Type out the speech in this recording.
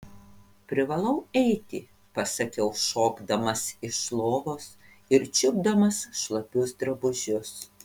privalau eiti pasakiau šokdamas iš lovos ir čiupdamas šlapius drabužius